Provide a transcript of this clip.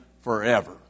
forever